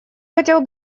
хотел